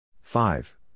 Five